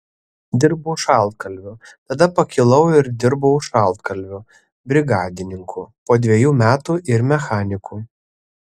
dirbau šaltkalviu tada pakilau ir dirbau šaltkalviu brigadininku po dviejų metų ir mechaniku